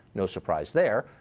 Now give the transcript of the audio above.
no surprise there.